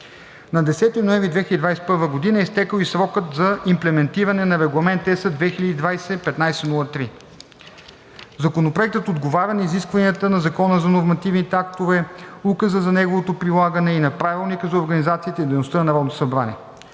На 10 ноември 2021 г. е изтекъл и срокът за имплементиране на Регламент (ЕС) 2020/1503. Законопроектът отговаря на изискванията на Закона за нормативните актове, Указа за неговото прилагане и на Правилника за